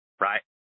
right